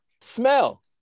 Smell